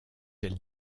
elles